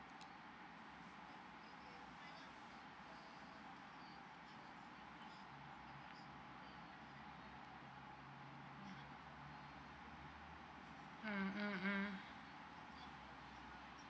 mm mm mm